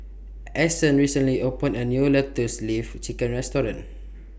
Anson recently opened A New Lotus Leaf Chicken Restaurant